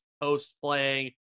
post-playing